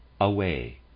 away